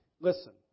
listen